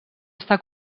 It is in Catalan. està